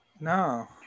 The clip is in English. No